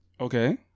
Okay